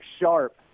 sharp